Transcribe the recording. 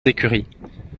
écuries